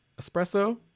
espresso